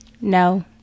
No